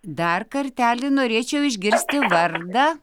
dar kartelį norėčiau išgirsti vardą